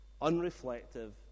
unreflective